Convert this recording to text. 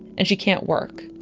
and she can't work.